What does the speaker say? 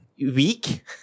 Week